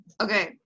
Okay